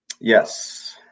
Yes